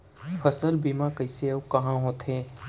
फसल बीमा कइसे अऊ कहाँ होथे?